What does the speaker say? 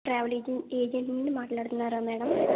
travel ఏజెన్ agent నుండి మాట్లాడుతున్నారా మేడం